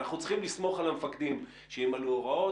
אנחנו צריכים לסמוך על המפקדים שימלאו הוראות,